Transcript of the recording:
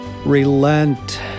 Relent